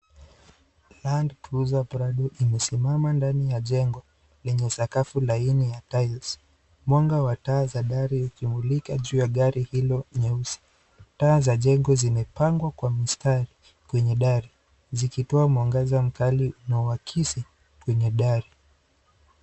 Land cruiser prado imesimama ndani ya jengo lenye sakafu laini ya tiles . Mwanga wa taa za dari ukimulika juu ya gari hilo nyeusi. Taa za jengo zimepangwa kwa mistari kwenye dari zikitoa mwangaza mkali unao akisi kwenye dari.